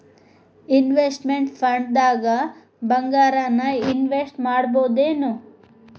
Investment ಫಂಡ್ದಾಗ್ ಭಂಗಾರಾನ invest ಮಾಡ್ಬೊದೇನು?